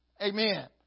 Amen